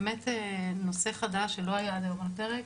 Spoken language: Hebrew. באמת נושא חדש שלא היה עד היום על הפרק,